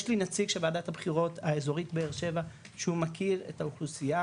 יש לי נציג של וועדת הבחירות האזורית באר שבע שהוא מכיר את האוכלוסייה,